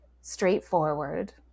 straightforward